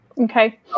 okay